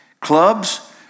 clubs